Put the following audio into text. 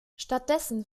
stattdessen